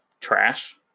trash